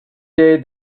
day